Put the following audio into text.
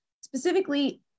specifically